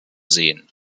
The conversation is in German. sehen